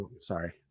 sorry